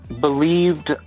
believed